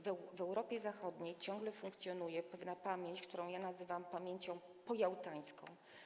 W Europie Zachodniej ciągle funkcjonuje pewna pamięć, którą ja nazywam pamięcią pojałtańską.